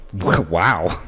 Wow